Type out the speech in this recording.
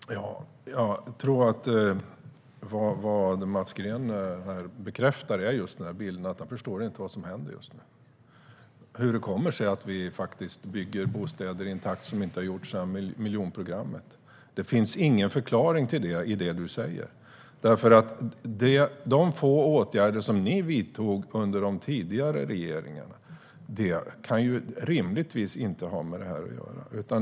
Herr talman! Jag tror att vad Mats Green här bekräftar är att han inte förstår vad som händer just nu och hur det kommer sig att vi faktiskt bygger bostäder i en takt som vi inte har sett sedan miljonprogrammet. Det finns ingen förklaring till det i det du säger, för de få åtgärder som ni vidtog under de tidigare regeringarna kan rimligtvis inte ha med det här att göra.